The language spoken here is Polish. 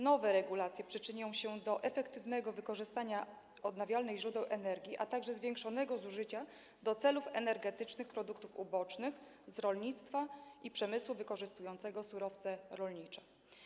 Nowe regulacje przyczynią się do efektywnego wykorzystania odnawialnych źródeł energii, a także zwiększonego zużycia do celów energetycznych produktów ubocznych z rolnictwa i przemysłu wykorzystującego surowce rolnicze.